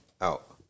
out